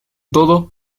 todo